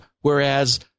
Whereas